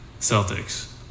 Celtics